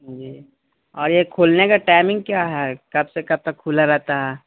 جی اور یہ کھولنے کا ٹائمنگ کیا ہے کب سے کب تک کھلا رہتا ہے